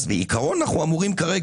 בעיקרון אנחנו אמורים כרגע,